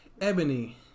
Ebony